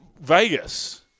Vegas